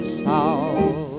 south